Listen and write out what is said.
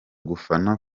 gufana